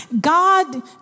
God